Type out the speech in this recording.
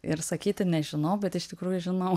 ir sakyti nežinau bet iš tikrųjų žinau